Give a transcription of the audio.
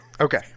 Okay